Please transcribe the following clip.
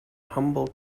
humble